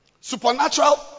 supernatural